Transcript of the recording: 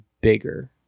bigger